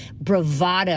bravado